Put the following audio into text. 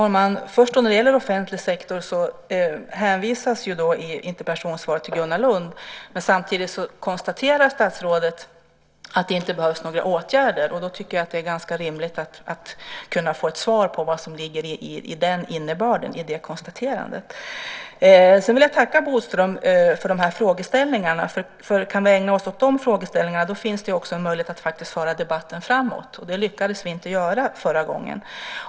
Herr talman! När det gäller offentlig sektor hänvisas i interpellationssvaret till Gunnar Lund. Samtidigt konstaterar statsrådet att det inte behövs några åtgärder. Då tycker jag att det är rimligt att få ett svar om innebörden i det konstaterandet. Sedan vill jag tacka Bodström för frågeställningarna. Om vi kan ägna oss åt dem finns det en möjlighet att föra debatten framåt. Det lyckades vi inte göra förra gången.